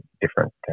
different